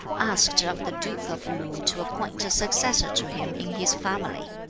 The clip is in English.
asked of the duke of lu to appoint a successor to him in his family.